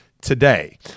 today